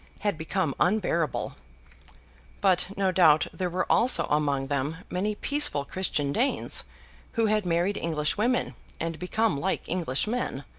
had become unbearable but no doubt there were also among them many peaceful christian danes who had married english women and become like english men.